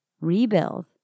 rebuild